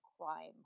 crime